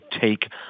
take